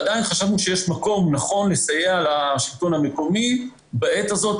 עדיין, חשבנו שנכון לסייע לשלטון המקומי בעת הזו,